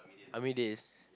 army days